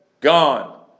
gone